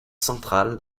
centrale